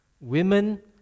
Women